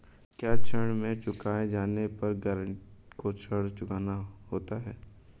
क्या ऋण न चुकाए जाने पर गरेंटर को ऋण चुकाना होता है?